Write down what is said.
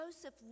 Joseph